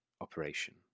operation